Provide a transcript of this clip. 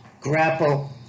grapple